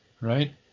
right